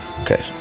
Okay